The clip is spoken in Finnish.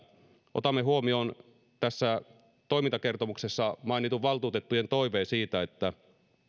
otamme huomioon tässä toimintakertomuksessa mainitun valtuutettujen toiveen siitä että